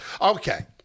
Okay